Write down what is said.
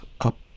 up